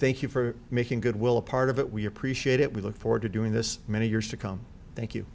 thank you for making goodwill a part of it we appreciate it we look forward to doing this many years to come thank you